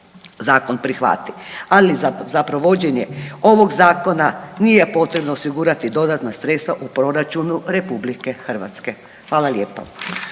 ali za provođenje ovog Zakona nije potrebno osigurati dodatna sredstva u proračunu RH. Hvala lijepa.